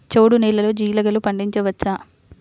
చవుడు నేలలో జీలగలు పండించవచ్చా?